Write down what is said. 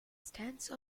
stance